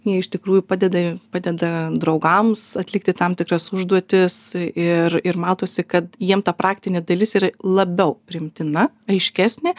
jie iš tikrųjų padeda padeda draugams atlikti tam tikras užduotis ir ir matosi kad jiem ta praktinė dalis yra labiau priimtina aiškesnė